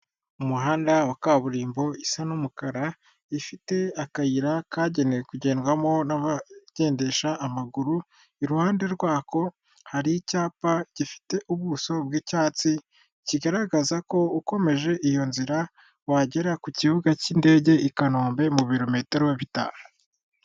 Umuhanda wa kaburimbo isa n'umukara ifite akayira kagenewe kugendwamo n'abagendesha amaguru. Iruhande rwako hari icyapa gifite ubuso bw'icyatsi kigaragaza ko ukomeje iyo nzira wagera ku kibuga cy'indege i Kanombe mu birometero bitanu.